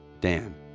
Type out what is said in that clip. Dan